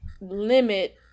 limit